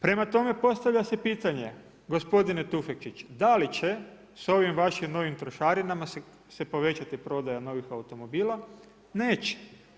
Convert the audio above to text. Prema tome, postavlja se pitanje gospodine Tufekčić, da li će sa ovim vašim novim trošarinama se povećati prodaja novih automobila, neće.